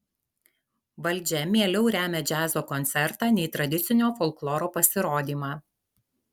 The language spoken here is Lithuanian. valdžia mieliau remia džiazo koncertą nei tradicinio folkloro pasirodymą